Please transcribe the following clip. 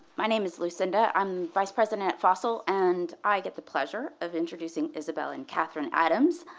my name is lucinda. i'm vice president at fossil and i get the pleasure of introducing isabelle and katherine adams,